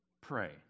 pray